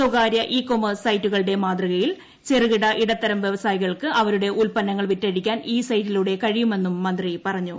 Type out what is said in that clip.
സ്വകാര്യ e commerce സൈറ്റുകളുടെ മാതൃകയിൽ ചെറുകിട ഇടത്തരം വ്യവസായികൾക്ക് അവരുടെ ഉൽപ്പന്നങ്ങൾ വിറ്റഴിക്കാൻ ഈ സൈറ്റിലൂടെ കഴിയുമെന്നും മന്ത്രി പറഞ്ഞു